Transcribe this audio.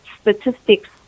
statistics